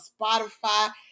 Spotify